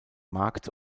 markt